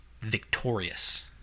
victorious